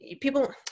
people